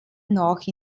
noch